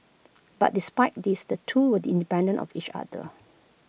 but despite this the two were D independent of each other